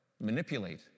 manipulate